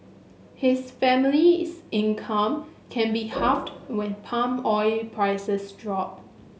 his family's income can be halved when palm oil prices drop